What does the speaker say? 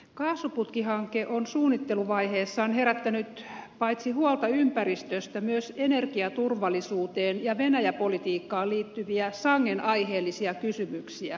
kaasuputkihanke on suunnitteluvaiheessaan herättänyt paitsi huolta ympäristöstä myös energiaturvallisuuteen ja venäjä politiikkaan liittyviä sangen aiheellisia kysymyksiä